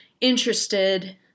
interested